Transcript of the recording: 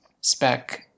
spec